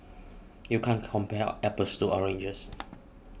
you can't compare apples to oranges